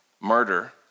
murder